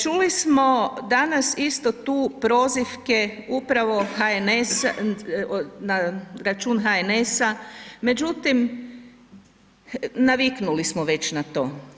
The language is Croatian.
Čuli smo danas isto tu prozivke upravo na račun HNS-a, međutim, naviknuli smo već na to.